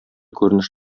күренеш